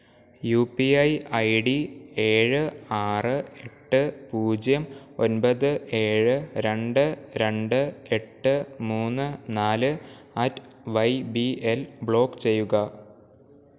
U P I I D ഏഴ് ആറ് എട്ട് പൂജ്യം ഒൻപത് ഏഴ് രണ്ട് രണ്ട് എട്ട് മൂന്ന് നാല് at Y B L block ചെയ്യുക